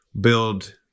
build